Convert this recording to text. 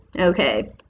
okay